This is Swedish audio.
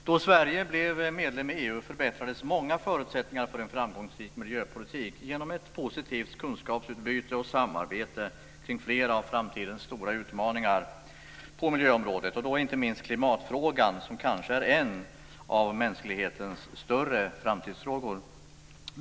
Då Sverige blev medlem i EU förbättrades många förutsättningar för en framgångsrik miljöpolitik genom ett positivt kunskapsutbyte och samarbete kring flera av framtidens stora utmaningar på miljöområdet och då inte minst klimatfrågan, som kanske är en av mänsklighetens större framtidsfrågor.